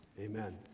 Amen